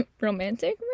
romantic